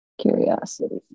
curiosity